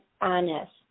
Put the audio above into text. honest